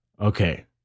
Okay